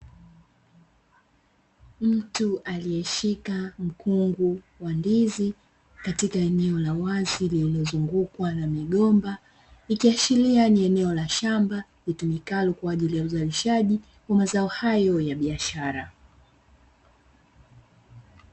Mtu aliyeshika mkungu wa ndizi, katika eneo la wazi lililozungukwa na migomba, ikiashiria ni eneo la shamba litumikalo kwa ajili ya uzalishaji wa mazao hayo ya biashara.